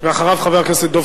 אחריו, חבר הכנסת דב